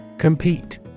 Compete